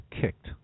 kicked